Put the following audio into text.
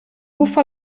bufa